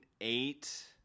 eight